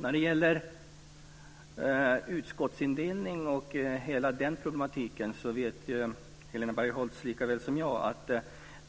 När det gäller utskottsindelningen och hela den problematiken vet Helena Bargholtz lika väl som jag att